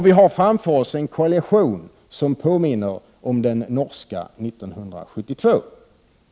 Vi har framför oss en koalition som påminner om den norska 1972.